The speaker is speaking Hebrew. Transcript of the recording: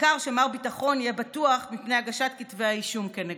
העיקר שמר ביטחון יהיה בטוח מפני הגשת כתבי האישום כנגדו.